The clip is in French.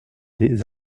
des